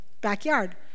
backyard